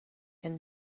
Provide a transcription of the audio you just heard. and